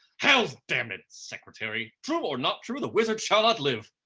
hell's damned secretary. true or not true, the wizard shall not live.